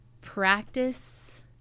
Practice